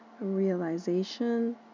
Realization